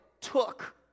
took